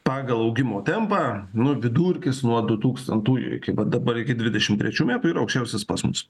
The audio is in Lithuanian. pagal augimo tempą nu vidurkis nuo dutūkstantųjų iki pat dabar iki dvidešimt trečių metų aukščiausias pas mus